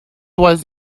was